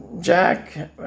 Jack